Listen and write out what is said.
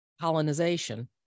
colonization